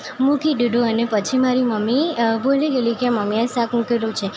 મૂકી દીધું અને પછી મારી મમ્મી ભૂલી ગએલી કે મમ્મી આ શાક મૂકેલું છે